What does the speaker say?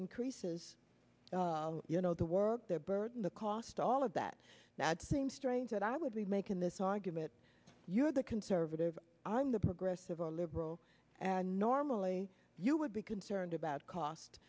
increases you know the work their burden the cost all of that now it seems strange that i would be making this argument you're the conservative i'm the progressive or liberal and normally you would be concerned about cost